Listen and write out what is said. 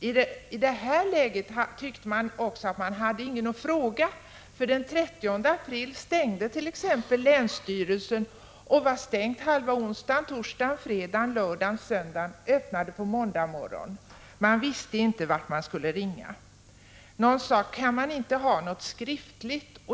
I det här läget tyckte man också att man inte hade någon att fråga. Den 30 april stängde nämligen länsstyrelsen och höll stängt halva onsdagen, hela torsdagen, fredagen, lördagen och söndagen och öppnade först på måndagsmorgonen. Man visste inte vart man skulle ringa. Någon sade: Kan man inte ha något skriftligt?